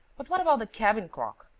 but what about the cabin clock?